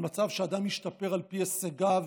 על מצב שאדם משתפר על פי הישגיו